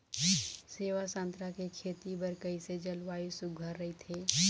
सेवा संतरा के खेती बर कइसे जलवायु सुघ्घर राईथे?